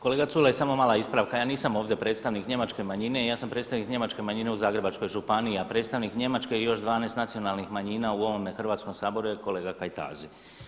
Kolega Culej, samo mala ispravka, ja nisam ovdje predstavnik njemačke manjine, ja sam predstavnik njemačke manjine u Zagrebačkoj županiji a predsjednik Njemačke i još 12 nacionalnih manjina u ovome Hrvatskome saboru je kolega Kajtazi.